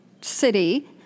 city